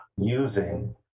using